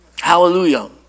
Hallelujah